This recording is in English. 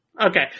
Okay